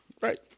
Right